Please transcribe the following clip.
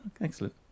Excellent